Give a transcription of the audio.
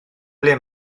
ble